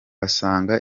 asanga